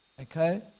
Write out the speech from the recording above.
Okay